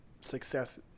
success